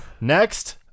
next